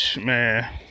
man